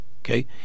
Okay